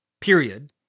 period